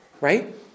right